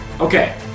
Okay